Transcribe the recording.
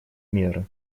меры